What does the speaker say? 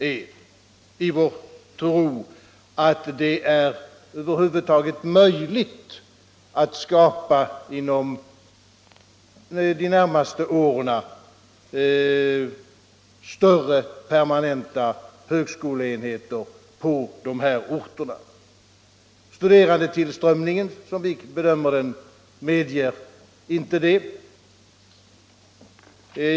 Vi tror inte att det över huvud taget är möjligt att inom de närmaste åren skapa större permanenta högskoleenheter på dessa orter. Studerandetillströmningen medger — som vi bedömer den -— inte det.